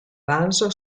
vaso